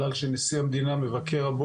מבקר הבוקר,